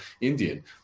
Indian